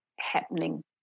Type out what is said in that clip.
happening